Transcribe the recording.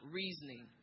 reasoning